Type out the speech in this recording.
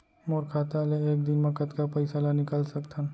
मोर खाता ले एक दिन म कतका पइसा ल निकल सकथन?